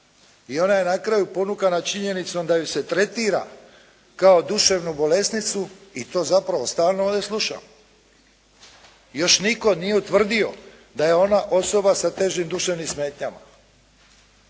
I ona je na kraju ponukana činjenicom da ju se tretira kao duševnu bolesnicu i to zapravo ovdje stalno slušamo. Još nitko nije utvrdio da je ona osoba sa težim duševnim smetnjama.